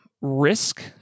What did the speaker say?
risk